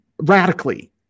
radically